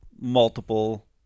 multiple